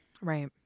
right